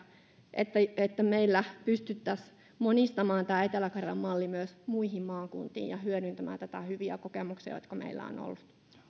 että meillä pystyttäisiin monistamaan tämä etelä karjalan malli myös muihin maakuntiin ja hyödyntämään näitä hyviä kokemuksia jotka meillä on ollut